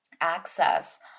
access